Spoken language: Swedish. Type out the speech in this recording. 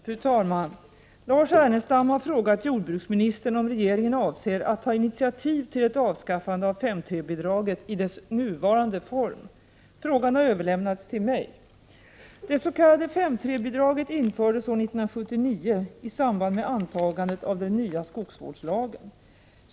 Fru talman! Lars Ernestam har frågat jordbruksministern om regeringen avser att ta initiativ till ett avskaffande av 5:3-bidraget i dess nuvarande form. Frågan har överlämnats till mig. Det s.k. 5:3-bidraget infördes år 1979 i samband med antagandet av den nya skogsvårdslagen.